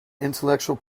intellectual